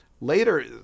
later